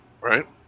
Right